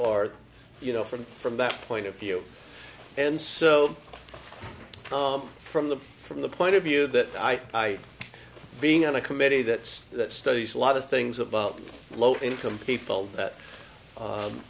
or you know from from that point of view and so from the from the point of view that i being on the committee that that studies a lot of things about low income people that